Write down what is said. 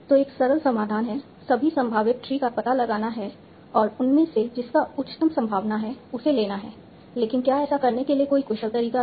तो एक सरल समाधान है सभी संभावित ट्री का पता लगाना है और उनमें से जिसका उच्चतम संभावना है उसे लेना है लेकिन क्या ऐसा करने के लिए कोई कुशल तरीका है